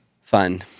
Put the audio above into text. Fun